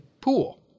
pool